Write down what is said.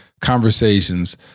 conversations